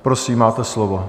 Prosím, máte slovo.